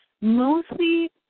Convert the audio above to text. mostly